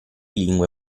lingue